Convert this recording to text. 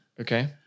Okay